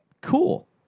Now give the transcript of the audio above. Cool